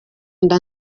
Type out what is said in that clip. nda